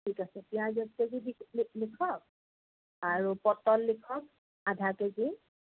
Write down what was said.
ঠিক আছে পিঁয়াজ এক কেজি লিখক আৰু পটল লিখক আধা কেজি